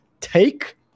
take